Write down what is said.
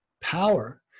power